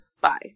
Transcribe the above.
Bye